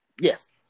Yes